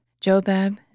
Jobab